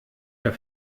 der